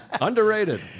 Underrated